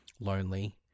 Lonely